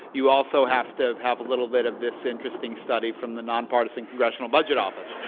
you also have to have a little bit of this interesting study from the nonpartisan congressional budget office.